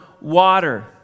water